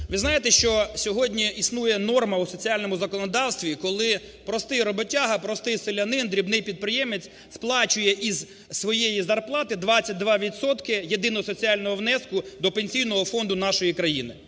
Ви знаєте, що сьогодні існує норма у соціальному законодавстві, коли простий роботяга, простий селянин, дрібний підприємець сплачує із своєї зарплати 22 відсотки єдиного соціального внеску до Пенсійного фонду нашої країни?